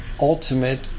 Ultimate